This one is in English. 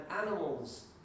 animals